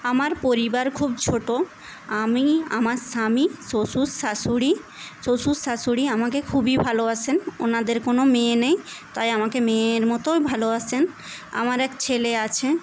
আমার পরিবার খুব ছোট আমি আমার স্বামী শ্বশুর শাশুড়ি শ্বশুর শাশুড়ি আমাকে খুবই ভালোবাসেন ওনাদের কোন মেয়ে নেই তাই আমাকে মেয়ের মতোই ভালোবাসেন আমার এক ছেলে আছে